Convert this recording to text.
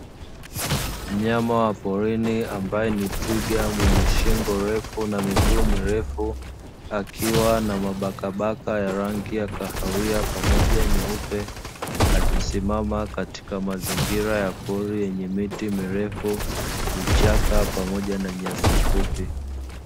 Mnyama wa porini ambaye ni twiga mwenye shingo ndefu miguu mirefu, akiwa na mabaka mabaka ya rangi nyeupe akisimama katika mazingira ya pori yenye miti mirefu, vichaka pamoja na nyasi fupi.